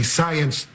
science